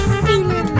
feeling